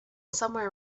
somewhere